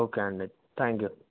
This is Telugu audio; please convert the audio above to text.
ఓకే అండి థ్యాంక్ యూ